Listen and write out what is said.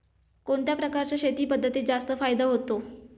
कोणत्या प्रकारच्या शेती पद्धतीत जास्त फायदा होतो?